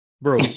bro